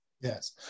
Yes